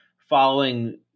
following